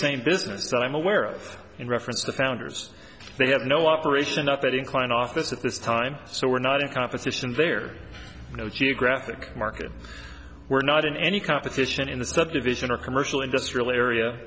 same business that i'm aware of in reference to founders they have no operation at that inclined office at this time so we're not in competition there no geographic market we're not in any competition in the step division or commercial industrial area